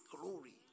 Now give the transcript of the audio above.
glory